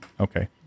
Okay